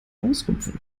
ausrupfen